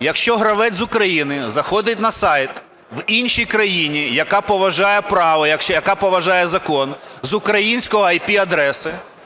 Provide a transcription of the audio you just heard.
Якщо гравець з України заходить на сайт в іншій країні, яка поважає право, яка поважає закон з української ІР-адреси,